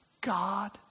God